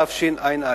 תשע"א.